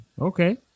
okay